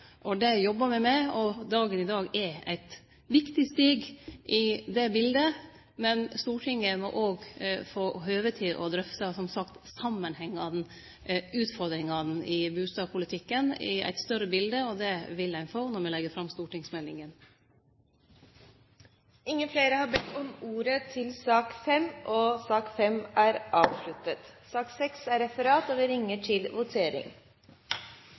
Det jobbar me med, og dagen i dag er eit viktig steg i det biletet. Stortinget må som sagt òg få høve til å drøfte samanhengane og utfordringane i bustadpolitikken i eit større bilete, og det vil ein få når me legg fram stortingsmeldinga. Flere har ikke bedt om ordet til sak nr. 5. Da er vi klare til å gå til votering. Under debatten er